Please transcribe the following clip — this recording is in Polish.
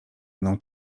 mną